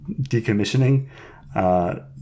decommissioning